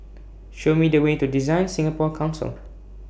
Show Me The Way to DesignSingapore Council